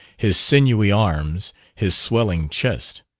his sinewy arms, his swelling chest.